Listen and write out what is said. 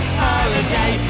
holiday